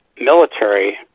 military